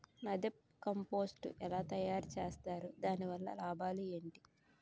NADEP compost ఎలా తయారు చేస్తారు? దాని వల్ల లాభాలు ఏంటి?